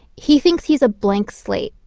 he thinks he's a blank slate,